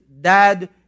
dad